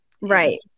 right